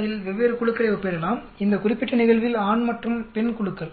இதில் வெவ்வேறு குழுக்களை ஒப்பிடலாம் இந்த குறிப்பிட்ட நிகழ்வில் ஆண் மற்றும் பெண் குழுக்கள்